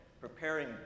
preparing